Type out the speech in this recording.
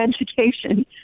education